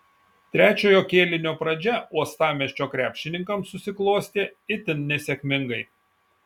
trečiojo kėlinio pradžia uostamiesčio krepšininkams susiklostė itin nesėkmingai